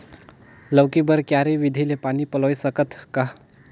लौकी बर क्यारी विधि ले पानी पलोय सकत का?